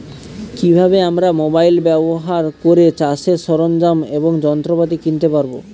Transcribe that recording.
কি ভাবে আমরা মোবাইল ব্যাবহার করে চাষের সরঞ্জাম এবং যন্ত্রপাতি কিনতে পারবো?